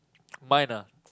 mine ah